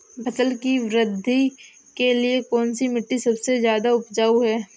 फसल की वृद्धि के लिए कौनसी मिट्टी सबसे ज्यादा उपजाऊ है?